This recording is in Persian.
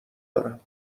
دارم